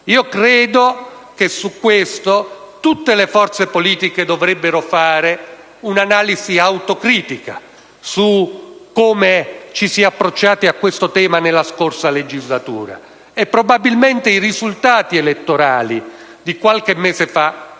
Credo che a tal riguardo tutte le forze politiche debbano fare una analisi autocritica sul modo con cui ci si è approcciati a questo tema nella scorsa legislatura. Probabilmente i risultati elettorali di qualche mese fa